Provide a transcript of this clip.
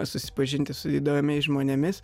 susipažinti su įdomiais žmonėmis